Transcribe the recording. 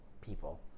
people